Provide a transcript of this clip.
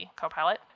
co-pilot